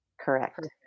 correct